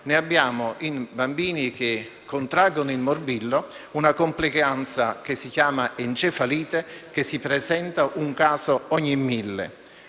il morbillo, nei bambini che contraggono il morbillo vi è una complicanza che si chiama encefalite, che si presenta in un caso ogni mille.